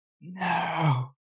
No